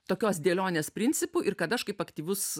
tokios dėlionės principu ir kad aš kaip aktyvus